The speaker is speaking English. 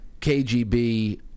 KGB